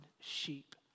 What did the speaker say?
sheep